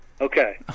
Okay